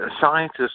scientists